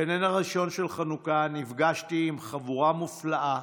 בנר הראשון של חנוכה נפגשתי עם חבורה מופלאה